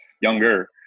younger